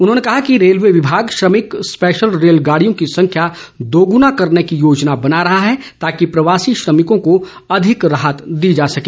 उन्होंने कहा कि रेलवे विभाग श्रमिक स्पेशल रेलगाड़ियों की संख्या दोगुना करने की योजना बना रहा है ताकि प्रवासी श्रमिकों को अधिक राहत दी जा सके